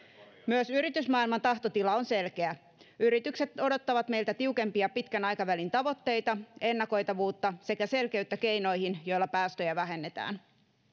myös yritysmaailman tahtotila on selkeä yritykset odottavat meiltä tiukempia pitkän aikavälin tavoitteita ja ennakoitavuutta sekä selkeyttä keinoihin joilla päästöjä vähennetään